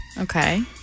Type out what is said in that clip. Okay